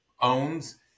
owns